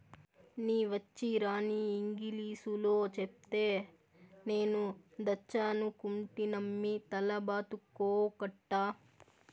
నీ వచ్చీరాని ఇంగిలీసులో చెప్తే నేను దాచ్చనుకుంటినమ్మి తల బాదుకోకట్టా